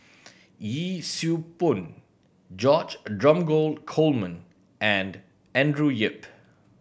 Yee Siew Pun George Dromgold Coleman and Andrew Yip